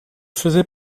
faisait